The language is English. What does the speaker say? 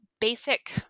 basic